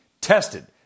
tested